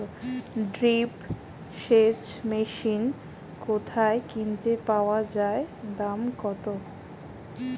Drip সেচ machine কোথায় কিনতে পাওয়া যায় দাম কত?